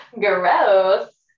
Gross